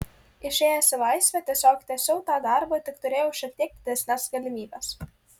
išėjęs į laisvę tiesiog tęsiau tą darbą tik turėjau šiek tiek didesnes galimybes